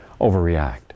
overreact